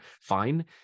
fine